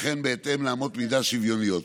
וכן בהתאם לאמות מידה שוויוניות.